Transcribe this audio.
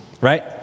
Right